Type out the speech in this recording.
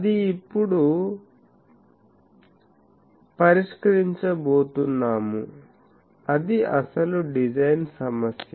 అది ఇప్పుడు పరిష్కరించబోతున్నాము అది అసలు డిజైన్ సమస్య